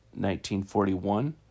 1941